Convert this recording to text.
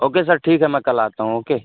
okay sir ٹھیک ہے میں کل آتا ہوں اوکے